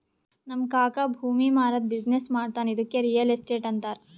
ನಮ್ ಕಾಕಾ ಭೂಮಿ ಮಾರಾದ್ದು ಬಿಸಿನ್ನೆಸ್ ಮಾಡ್ತಾನ ಇದ್ದುಕೆ ರಿಯಲ್ ಎಸ್ಟೇಟ್ ಅಂತಾರ